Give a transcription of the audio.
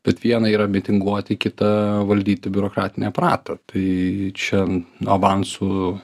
bet viena yra mitinguoti kita valdyti biurokratinį aparatą tai čia nuo avansų